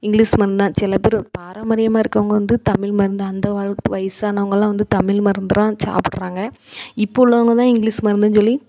English மருந்துதான் சில பேர் பாரம்பரியமாக இருக்கவங்க வந்து தமிழ் மருந்து அந்தமாதிரி வயசானவங்களெலாம் வந்து தமிழ் மருந்துதான் சாப்பிட்றாங்க இப்போ உள்ளவங்கதான் இங்கிலீஸ் மருந்துன்னு சொல்லி